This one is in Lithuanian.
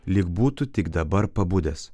lyg būtų tik dabar pabudęs